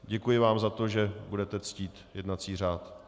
Děkuji vám za to, že budete ctít jednací řád.